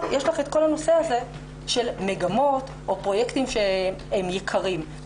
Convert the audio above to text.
יש גם את כל הנושא של מגמות או פרויקטים שהם יקרים,